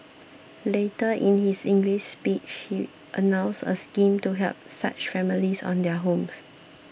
later in his English speech he announced a scheme to help such families own their homes